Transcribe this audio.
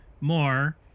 more